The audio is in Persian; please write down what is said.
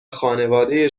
خانواده